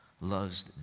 loves